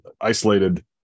isolated